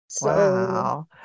Wow